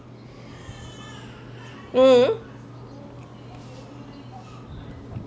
mm